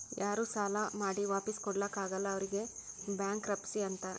ಯಾರೂ ಸಾಲಾ ಮಾಡಿ ವಾಪಿಸ್ ಕೊಡ್ಲಾಕ್ ಆಗಲ್ಲ ಅವ್ರಿಗ್ ಬ್ಯಾಂಕ್ರಪ್ಸಿ ಅಂತಾರ್